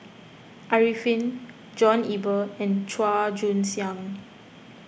Arifin John Eber and Chua Joon Siang